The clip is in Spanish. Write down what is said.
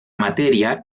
materia